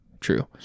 true